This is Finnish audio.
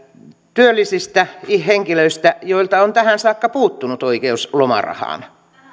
työllisistä henkilöistä joilta on tähän saakka puuttunut oikeus lomarahaan